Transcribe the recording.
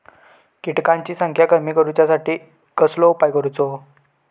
किटकांची संख्या कमी करुच्यासाठी कसलो उपाय करूचो?